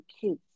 kids